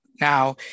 now